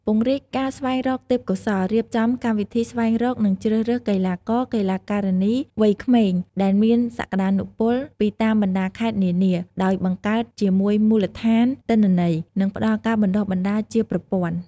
ពង្រីកការស្វែងរកទេពកោសល្យ រៀបចំកម្មវិធីស្វែងរក និងជ្រើសរើសកីឡាករ-កីឡាការិនីវ័យក្មេងដែលមានសក្តានុពលពីតាមបណ្ដាខេត្តនានា ដោយបង្កើតជាមូលដ្ឋានទិន្នន័យ និងផ្តល់ការបណ្តុះបណ្តាលជាប្រព័ន្ធ។